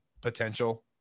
potential